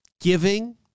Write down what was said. Giving